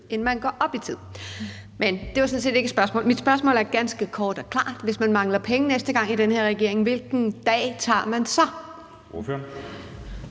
end at man går op i tid. Men det var sådan set ikke et spørgsmål. Mit spørgsmål er ganske kort og klart: Hvis man i den her regering mangler penge, hvilken dag tager man så